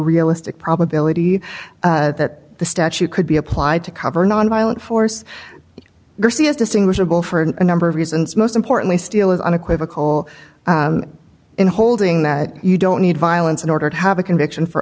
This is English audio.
realistic probability that the statute could be applied to cover nonviolent force c s distinguishable for a number of reasons most importantly steel is unequivocal in holding that you don't need violence in order to have a conviction for